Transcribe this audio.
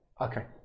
Okay